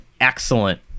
excellent